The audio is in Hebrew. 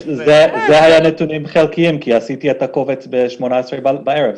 זה נתונים חלקיים כי עשיתי את הקובץ ב-18 בערב,